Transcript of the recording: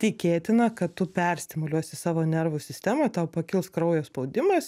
tikėtina kad tu perstimuliuosi savo nervų sistemą tau pakils kraujo spaudimas